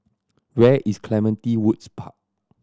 where is Clementi Woods Park